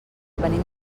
venim